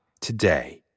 today